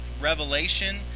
revelation